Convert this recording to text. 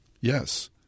Yes